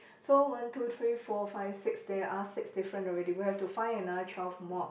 so one two three four five six there are six different already we have to find another twelve more